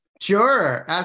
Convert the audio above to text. Sure